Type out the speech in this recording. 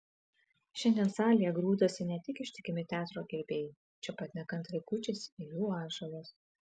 šiandien salėje grūdasi ne tik ištikimi teatro gerbėjai čia pat nekantriai kuičiasi ir jų atžalos